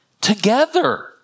together